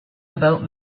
about